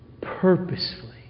purposefully